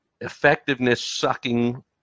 effectiveness-sucking